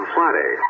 Friday